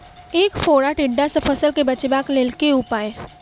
ऐंख फोड़ा टिड्डा सँ फसल केँ बचेबाक लेल केँ उपाय?